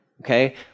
Okay